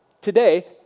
today